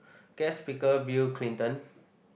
guest speaker Bill Clinton